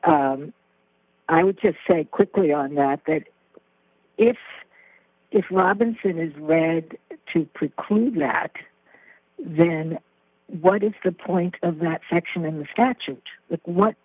i would just say quickly on that that if if robinson is read to preclude that then what is the point of that section in the statute w